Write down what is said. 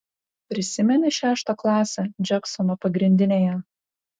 prisimeni šeštą klasę džeksono pagrindinėje